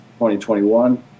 2021